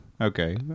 Okay